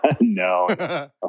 no